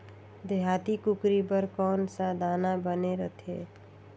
देहाती कुकरी बर कौन सा दाना बने रथे?